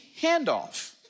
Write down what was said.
handoff